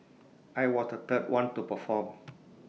I was the third one to perform